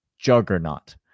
juggernaut